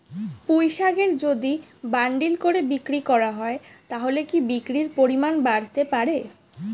পুঁইশাকের যদি বান্ডিল করে বিক্রি করা হয় তাহলে কি বিক্রির পরিমাণ বাড়তে পারে?